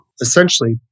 essentially